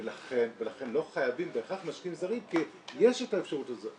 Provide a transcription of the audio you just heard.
-- ולכן לא חייבים בהכרח משקיעים זרים כי יש את האפשרות הזאת.